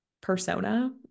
persona